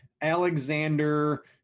Alexander